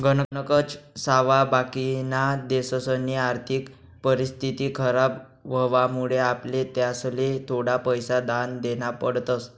गणकच सावा बाकिना देशसनी आर्थिक परिस्थिती खराब व्हवामुळे आपले त्यासले थोडा पैसा दान देना पडतस